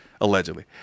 Allegedly